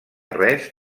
res